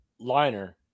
liner